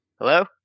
Hello